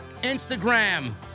Instagram